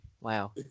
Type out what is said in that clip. Wow